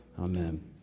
Amen